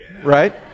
right